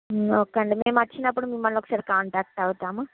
okay అండి మేము వచ్చినప్పుడు మిమల్ని ఒకసారి కాంటాక్ట్ అవుతాము